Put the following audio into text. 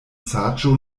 saĝo